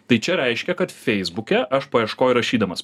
tai čia reiškia kad feisbuke aš paieškoj įrašydamas